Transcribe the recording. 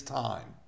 time